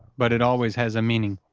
but it always has a meaning.